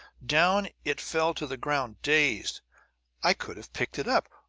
down it fell to the ground, dazed i could have picked it up,